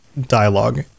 dialogue